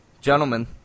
gentlemen